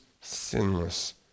sinless